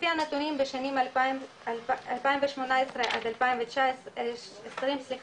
לפי הנתונים בשנים 2018 עד 2020 נפתחו